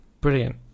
brilliant